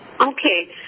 Okay